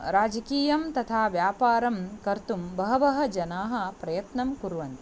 राजकीयं तथा व्यापारं कर्तुं बहवः जनाः प्रयत्नं कुर्वन्ति